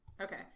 Okay